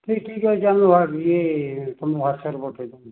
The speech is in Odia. ଠିକ୍ ଠିକ୍ ଅଛି ଆମେ ଇଏ ତମ ହ୍ୱାଟ୍ସପ୍ରେ ପଠେଇଦେବୁ